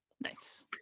Nice